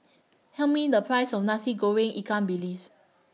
Tell Me The Price of Nasi Goreng Ikan Bilis